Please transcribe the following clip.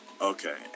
Okay